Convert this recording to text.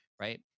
right